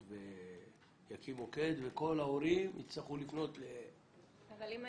ויקים מוקד וכל ההורים יצטרכו לפנות אליו.